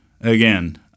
Again